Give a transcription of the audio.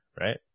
right